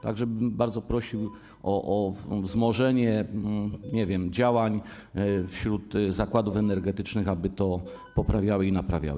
Tak że bardzo bym prosił o wzmożenie, nie wiem, działań wśród zakładów energetycznych, aby to poprawiały i naprawiały.